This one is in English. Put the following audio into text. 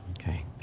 Okay